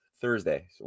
Thursday